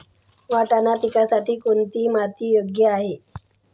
वाटाणा पिकासाठी कोणती माती योग्य आहे?